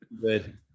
Good